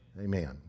Amen